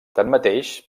tanmateix